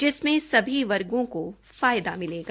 जिसमें सभी वर्गों को लाभ मिलेगा